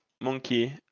Monkey